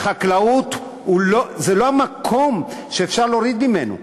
החקלאות היא לא המקום שאפשר להוריד ממנו.